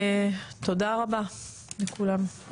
תודה רבה לכולם.